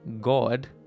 God